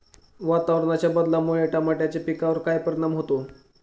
वातावरणाच्या बदलामुळे टमाट्याच्या पिकावर काय परिणाम होतो?